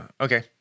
okay